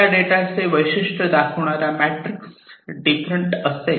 या डेटाचे वैशिष्ट्य दर्शविणारा मेट्रिक्स डिफरंट असतील